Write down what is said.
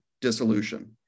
dissolution